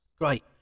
Great